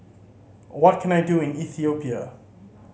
what can I do in Ethiopia